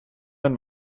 den